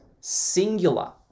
singular